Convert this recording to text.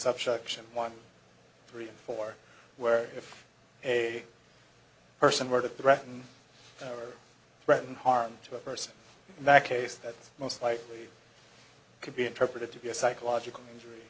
subjection one three four where if a person were to threaten or threaten harm to a person in that case that's most likely could be interpreted to be a psychological injury